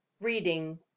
Reading